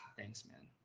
thanks, man.